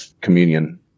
communion